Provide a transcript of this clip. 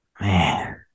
man